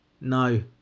no